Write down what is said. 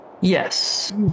Yes